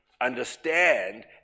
understand